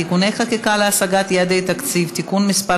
(תיקוני חקיקה להשגת יעדי התקציב) (תיקון מס'